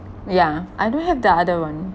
yeah I don't have the other one